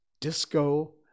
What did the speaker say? disco